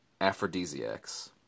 aphrodisiacs